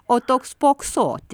o toks spoksoti